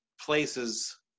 places